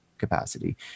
capacity